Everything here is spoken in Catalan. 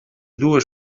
dues